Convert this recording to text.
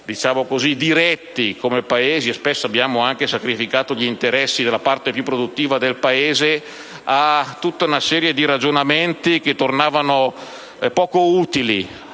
interessi diretti, come Paese, e spesso abbiamo anche sacrificato gli interessi della parte più produttiva del Paese a una serie di ragionamenti, che tornavano poco utili